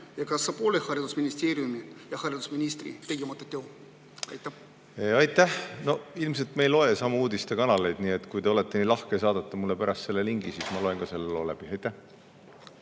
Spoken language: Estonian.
ja kas see pole haridusministeeriumi ja haridusministri tegemata töö? Aitäh! Ilmselt me ei loe samu uudisekanaleid. Nii et kui te olete nii lahke ja saadate mulle pärast selle lingi, siis ma loen ka selle loo läbi. Aitäh!